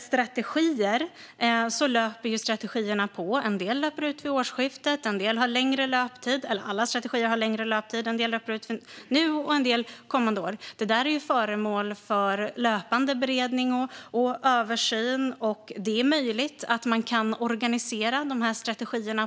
Strategierna löper på. En del löper ut vid årsskiftet, och andra har längre löptid. Alla strategier har lång löptid, men en del löper alltså ut nu och andra kommande år. Detta är föremål för löpande beredning och översyn.